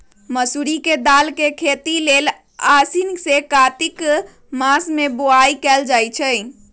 मसूरी के दाल के खेती लेल आसीन से कार्तिक मास में बोआई कएल जाइ छइ